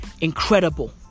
Incredible